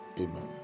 Amen